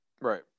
right